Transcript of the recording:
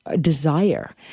desire